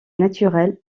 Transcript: naturelle